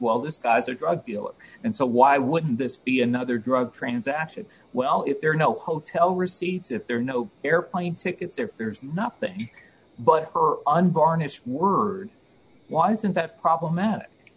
well this guy's a drug dealer and so why wouldn't this be another drug transaction well if there are no hotel receipts if there are no airplane tickets there there's nothing but her unvarnished word why isn't that problematic